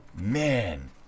man